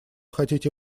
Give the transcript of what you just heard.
хотите